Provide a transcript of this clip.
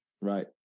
Right